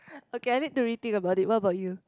okay I need to rethink about it what about you